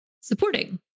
supporting